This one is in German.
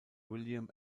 william